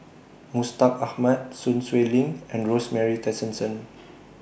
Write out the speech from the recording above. Mustaq Ahmad Sun Xueling and Rosemary Tessensohn